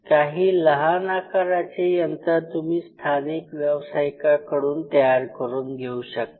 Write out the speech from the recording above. काही लहान आकाराचे यंत्र तुम्ही स्थानिक व्यावसायिकाकडून तयार करून घेऊ शकता